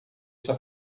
está